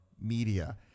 media